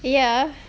ya